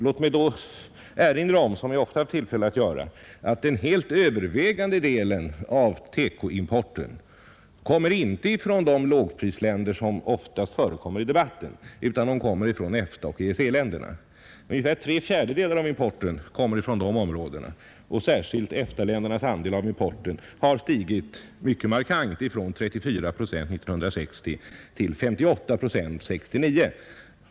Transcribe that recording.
Jag vill då erinra om — vilket jag ofta haft tillfälle att göra — att den alldeles övervägande delen av vår TEKO-import inte kommer från de lågprisländer som ofta nämns i debatten, utan från EFTA och EEC-länderna. Ungefär tre fjärdedelar av den totala TEKO-importen kommer därifrån. Särskilt EFTA-ländernas andel av importen har stigit mycket markant, nämligen från 34 procent 1960 till 58 procent 1969.